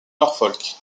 norfolk